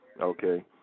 Okay